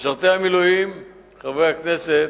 משרתי המילואים, חברי הכנסת,